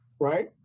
right